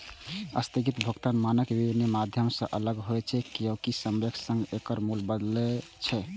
स्थगित भुगतान मानक विनमय माध्यम सं अलग होइ छै, कियैकि समयक संग एकर मूल्य बदलै छै